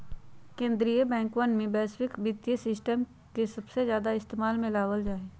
कीन्द्रीय बैंकवन में वैश्विक वित्तीय सिस्टम के सबसे ज्यादा इस्तेमाल में लावल जाहई